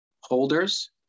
holders